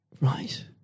Right